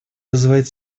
вызывает